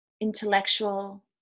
intellectual